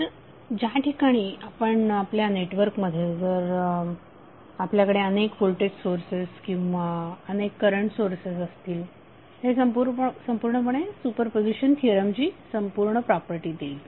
तर ज्या ठिकाणी आपल्या नेटवर्कमध्ये जर आपल्याकडे अनेक व्होल्टेज सोर्सेस किंवा अनेक करंट सोर्सेस असतील हे संपूर्णपणे सुपरपोझिशन थिअरम ची संपूर्ण प्रॉपर्टी देईल